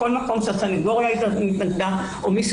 בכל מקום שהסניגוריה התנגדה או מישהו